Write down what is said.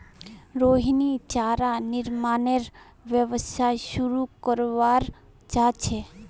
रोहिणी चारा निर्मानेर व्यवसाय शुरू करवा चाह छ